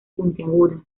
puntiagudas